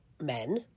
men